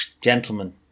Gentlemen